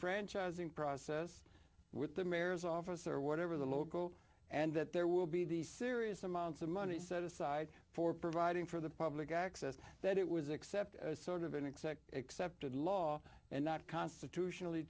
franchising process with the mayor's office or whatever the local and that there will be these serious amounts of money set aside for providing for the public access that it was except sort of inexact excepted law and not constitutionally